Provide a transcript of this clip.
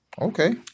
Okay